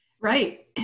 right